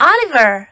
：Oliver